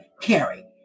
carry